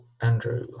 Andrew